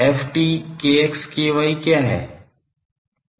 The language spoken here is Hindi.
ft क्या है